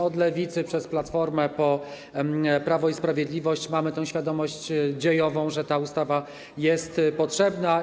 Od Lewicy, przez Platformę, po Prawo i Sprawiedliwość mamy tę świadomość dziejową, że ta ustawa jest potrzebna.